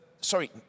sorry